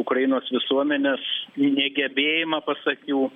ukrainos visuomenės negebėjimą pasak jų